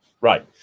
right